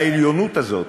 העליונות הזאת,